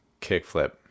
Kickflip